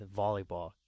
volleyball